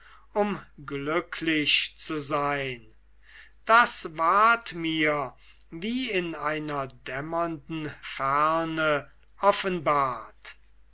um glücklich zu sein das ward mir wie in einer dämmernden ferne offenbart